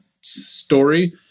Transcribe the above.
story